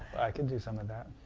i can do some of that.